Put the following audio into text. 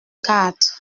quatre